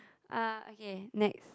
uh okay next